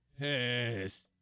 yes